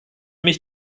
mich